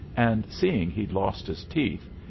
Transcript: and seeing he'd lost his teeth,